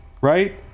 right